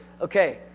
Okay